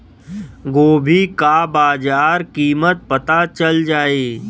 गोभी का बाजार कीमत पता चल जाई?